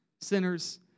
sinners